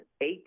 Eight